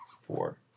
four